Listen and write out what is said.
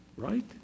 right